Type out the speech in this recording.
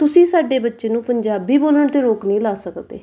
ਤੁਸੀਂ ਸਾਡੇ ਬੱਚੇ ਨੂੰ ਪੰਜਾਬੀ ਬੋਲਣ 'ਤੇ ਰੋਕ ਨਹੀਂ ਲਾ ਸਕਦੇ